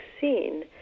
seen